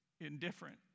indifferent